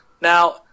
Now